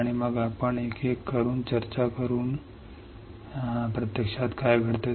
आणि मग आपण एक एक करून चर्चा करू की प्रत्यक्षात काय घडत आहे